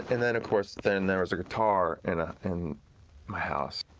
and then of course, then there was a guitar and ah in my house.